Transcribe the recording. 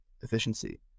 efficiency